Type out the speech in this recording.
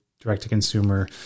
direct-to-consumer